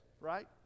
right